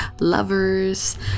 lovers